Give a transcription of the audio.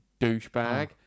douchebag